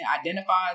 identifies